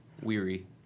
weary